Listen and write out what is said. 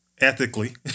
ethically